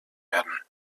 werden